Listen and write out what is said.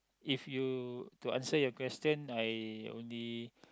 if you to answer your question I only